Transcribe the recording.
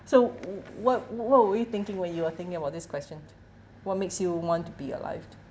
so w~ what what were you thinking when you're thinking about this question what makes you want to be alive